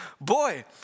boy